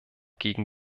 gegen